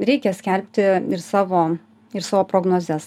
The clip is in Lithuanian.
reikia skelbti ir savo ir savo prognozes